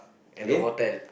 and the hotel